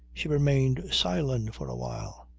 she remained silent for a while.